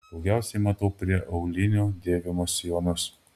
daugiausiai matau prie aulinių dėvimus sijonus